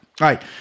right